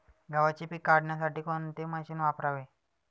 गव्हाचे पीक काढण्यासाठी कोणते मशीन वापरावे?